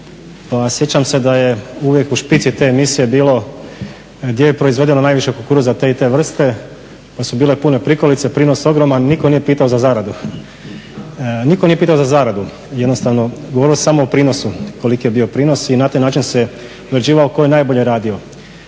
sjećam se da je uvijek u špici te emisije bilo gdje je proizvedeno najviše kukuruza te i te vrste, pa su bile pune prikolice, prinos ogroman. Nitko nije pitao za zaradu, jednostavno govorilo se samo o prinosu koliki je bio prinos i na taj način se određivalo tko je najbolje radio.